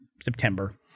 September